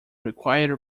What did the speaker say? require